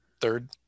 third